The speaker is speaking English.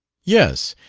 yes.